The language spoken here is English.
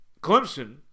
Clemson